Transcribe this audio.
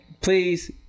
please